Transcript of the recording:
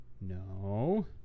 No